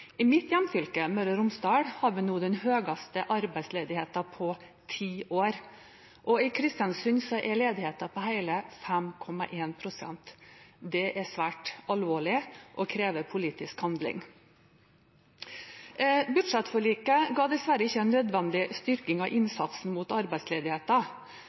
i mitt hjemfylke, Møre og Romsdal, har vi nå den høyeste arbeidsledigheten på ti år. I Kristiansund er ledigheten på hele 5,1 pst. Det er svært alvorlig og krever politisk handling. Budsjettforliket ga dessverre ikke en nødvendig styrking av innsatsen mot arbeidsledigheten,